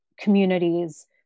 communities